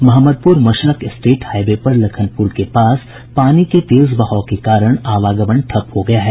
Mohammadpur Mashrak state highway पर लखनपुर के पास पानी के तेज बहाव के कारण आवागमन ठप हो गया है